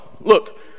look